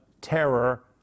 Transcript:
terror